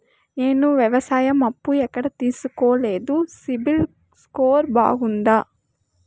నేను వ్యవసాయం అప్పు ఎక్కడ తీసుకోలేదు, సిబిల్ స్కోరు బాగుందా?